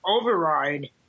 override